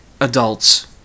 adults